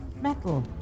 metal